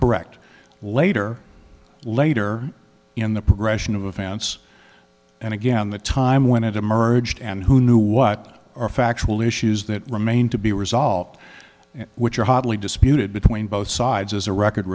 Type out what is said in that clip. brecht later later in the progression of events and again the time when it emerged and who knew what or factual issues that remain to be resolved which are hotly disputed between both sides as a record